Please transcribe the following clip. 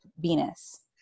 Venus